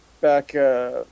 back